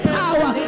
power